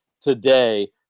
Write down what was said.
today